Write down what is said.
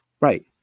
Right